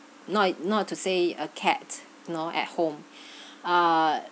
not not to say a cat know at home ah